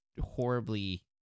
horribly